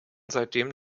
seitdem